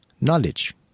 knowledge